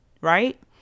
right